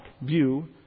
view